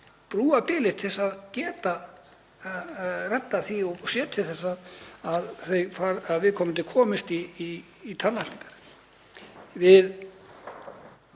brúa bilið til að geta reddað því og séð til þess að viðkomandi komist í tannlækningar. Við